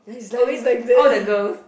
always all the girls